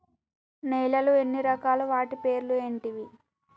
నేలలు ఎన్ని రకాలు? వాటి పేర్లు ఏంటివి?